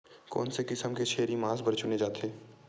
कोन से किसम के छेरी मांस बार चुने जाथे?